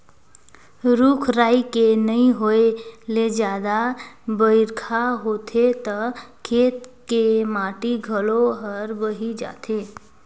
रूख राई के नइ होए ले जादा बइरखा होथे त खेत के माटी घलो हर बही जाथे